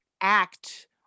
act